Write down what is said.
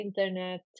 internet